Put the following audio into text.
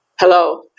hello